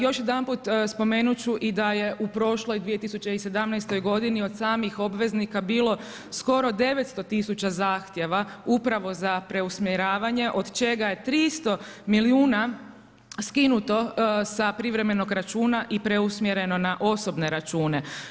Još jedanput spomenut ću i da je u prošloj 2017. godini od samih obveznika bilo skoro 900 tisuća zahtjeva upravo za preusmjeravanje od čega je 300 milijuna skinuto sa privremenog računa i preusmjereno na osobne račune.